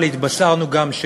אבל התבשרנו גם,